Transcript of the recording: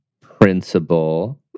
principal